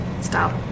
Stop